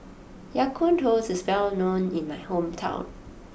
Ya Kun Toast is well known in my hometown